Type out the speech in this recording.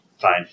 Fine